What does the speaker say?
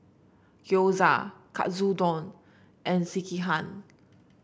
Gyoza Katsudon and Sekihan